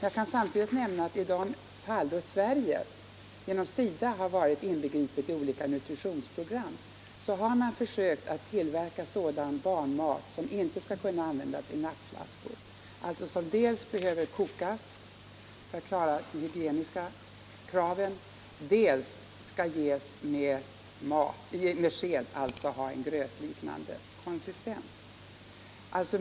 Jag kan nämna att i de fall där Sverige genom SIDA har varit inbegripet i olika nutritionsprogram har man försökt att tillverka sådan barnmat som inte skall kunna användas i nappflaskor, alltså mat som dels behöver kokas för att klara de hygieniska kraven, dels skall ges med sked, dvs. mat med grötliknande konsistens.